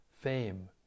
fame